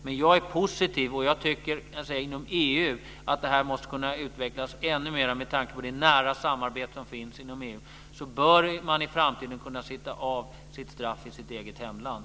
Men jag är positiv, och jag tycker att det här inom EU måste kunna utvecklas ännu mer. Med tanke på det nära samarbete som finns inom EU bör man i framtiden kunna sitta av sitt straff i sitt eget hemland.